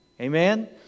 Amen